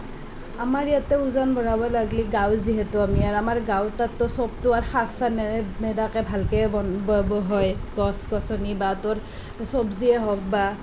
আমাৰ ইয়াতে ওজন বঢ়াব লাগিলে গাঁও যিহেতু আমি আৰু আমাৰ গাঁৱৰ তাততো সবটো আৰু সাৰ চাৰ নেৰে নেদাকে ভালচে বন বা হয় গছ গছনি বা তোৰ চব্জিয়েই হওঁক বা